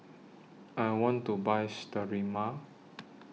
I want to Buy Sterimar